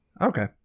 Okay